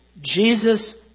Jesus